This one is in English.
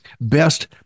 best